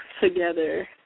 together